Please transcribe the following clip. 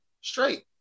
straight